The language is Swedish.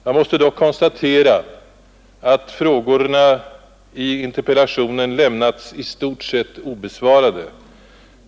Jag måste dock samtidigt konstatera att frågorna i interpellationen lämnats i stort sett obesvarade.